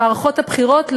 במערכות הבחירות,